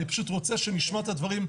אני פשוט רוצה שנשמע את הדברים.